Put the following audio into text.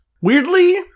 Weirdly